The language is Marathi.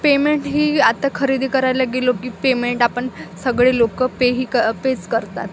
पेमेंट ही आता खरेदी करायला गेलो की पेमेंट आपण सगळे लोकं पेही क पेज करतात